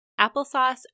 applesauce